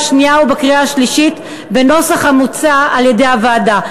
שנייה ובקריאה השלישית בנוסח המוצע על-ידי הוועדה.